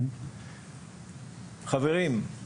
חברים,